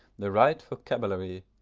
the right vocabulary!